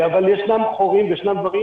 אבל ישנם חורים וישנם דברים